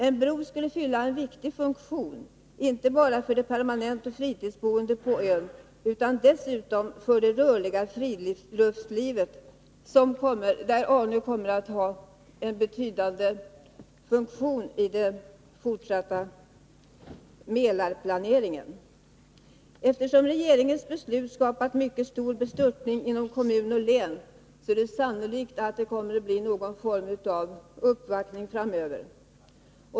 En bro skulle fylla en viktig funktion, inte bara för permanentoch fritidsboende på ön utan även för det rörliga friluftslivet, där Arnö kommer att ha en betydande uppgift att fylla i den fortsatta Mälarplaneringen. Eftersom regeringens beslut har skapat mycket stor bestörtning inom kommun och län, är det sannolikt att det kommer att bli någon form av uppvaktning framöver.